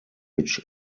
which